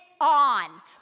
on